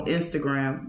Instagram